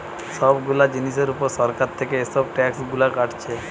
সব গুলা জিনিসের উপর সরকার থিকে এসব ট্যাক্স গুলা কাটছে